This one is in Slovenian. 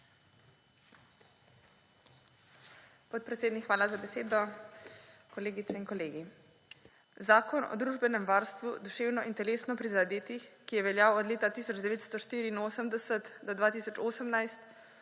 Podpredsednik, hvala za besedo. Kolegice in kolegi! Zakon o družbenem varstvu duševno in telesno prizadetih oseb, ki je veljal od leta 1984 do 2018,